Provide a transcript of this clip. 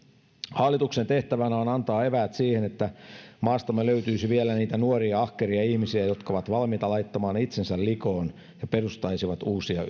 hallituksen tehtävänä on antaa eväät siihen että maastamme löytyisi vielä niitä nuoria ahkeria ihmisiä jotka olisivat valmiita laittamaan itsensä likoon ja perustaisivat uusia